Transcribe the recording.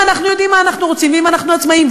אנחנו יודעים מה אנחנו רוצים ואם אנחנו עצמאיים,